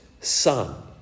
son